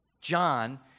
John